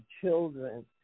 children